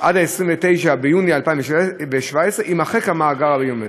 עד 29 ביוני 2017, יימחק המאגר הביומטרי.